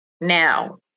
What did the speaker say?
now